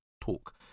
talk